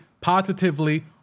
positively